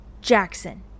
Jackson